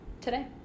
today